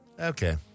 Okay